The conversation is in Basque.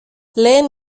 lehen